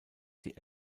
die